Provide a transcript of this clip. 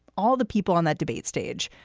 all the people on that debate stage,